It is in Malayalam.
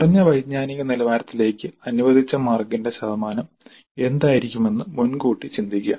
കുറഞ്ഞ വൈജ്ഞാനിക നിലവാരത്തിലേക്ക് അനുവദിച്ച മാർക്കിന്റെ ശതമാനം എന്തായിരിക്കുമെന്ന് മുൻകൂട്ടി ചിന്തിക്കുക